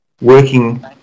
working